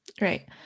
right